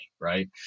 right